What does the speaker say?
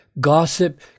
gossip